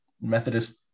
Methodist